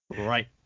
Right